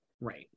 right